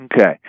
Okay